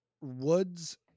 woods